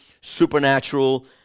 supernatural